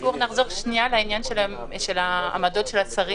אולי נחזור לעמדות של השרים.